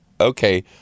okay